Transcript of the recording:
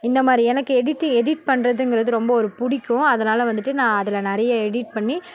இந்த மாதிரி எனக்கு எடிட்டி எடிட் பண்ணுறதுங்குறது ரொம்ப ஒரு பிடிக்கும் அதனால் வந்துட்டு நான் அதில் நிறைய எடிட் பண்ணி